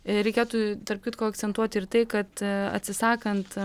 reikėtų tarp kitko akcentuoti ir tai kad atsisakant